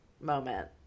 moment